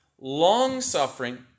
long-suffering